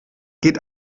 geht